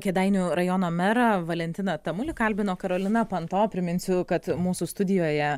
kėdainių rajono merą valentiną tamulį kalbino karolina panto priminsiu kad mūsų studijoje